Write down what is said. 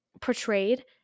portrayed